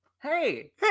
Hey